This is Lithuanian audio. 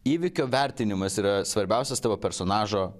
įvykio vertinimas yra svarbiausias tavo personažo